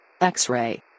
X-ray